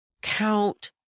count